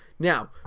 Now